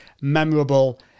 memorable